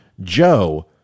Joe